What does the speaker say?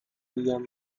میگم